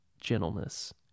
gentleness